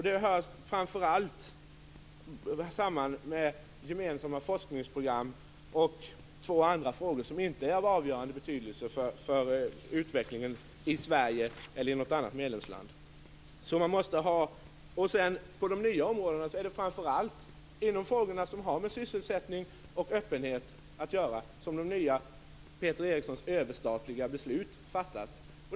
Det hänger framför allt samman med gemensamma forskningsprogram och två andra frågor som inte är av avgörande betydelse för utvecklingen i Sverige eller i något annat medlemsland. På de nya områdena är det framför allt när det gäller frågorna som har med sysselsättning och öppenhet att göra som överstatliga beslut fattas.